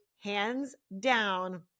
hands-down